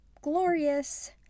glorious